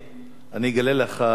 אני אגלה לך סוד,